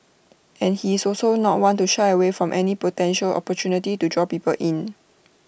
and he is also not one to shy away from any potential opportunity to draw people in